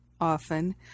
often